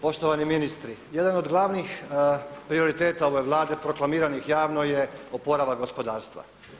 Poštovani ministri, jedan od glavnih prioriteta ove Vlade proklamiranih javno je oporavak gospodarstva.